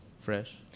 Fresh